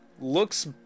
looks